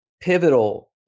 pivotal